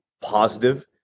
positive